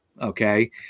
Okay